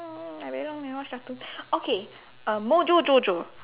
um I really long never watch cartoon okay um Mojojojo